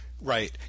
Right